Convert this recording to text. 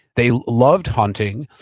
they loved hunting,